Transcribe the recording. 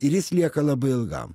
ir jis lieka labai ilgam